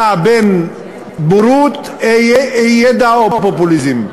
נע בין בורות, אי-ידע ופופוליזם.